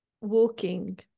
walking